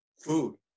food